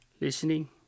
listening